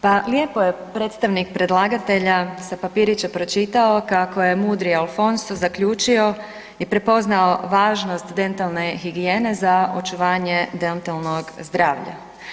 Pa lijepo je predstavnik predlagatelja sa papirića pročitao kako je mudri Alfonso zaključio i prepoznao važnost dentalne higijene za očuvanje dentalnog zdravlja.